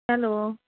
hello